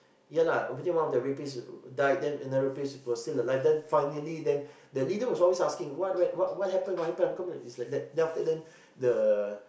yeah lah obviously one of the rapist died then another rapist proceed the life then finally then the leader was always asking what happen what happen how come is like that then after that then the